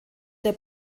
der